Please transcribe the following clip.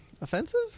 offensive